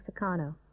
Mexicano